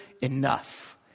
Enough